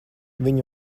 viņa